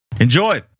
Enjoy